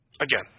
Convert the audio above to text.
again